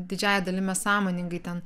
didžiąja dalim mes sąmoningai ten